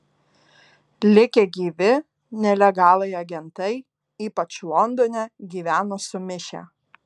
likę gyvi nelegalai agentai ypač londone gyveno sumišę